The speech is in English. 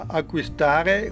acquistare